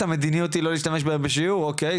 המדיניות היא לא להשתמש בהם בשיעורים אוקיי,